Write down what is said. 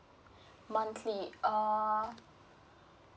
monthly uh